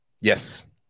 Yes